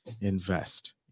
invest